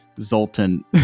Zoltan